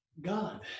God